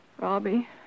Robbie